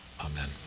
Amen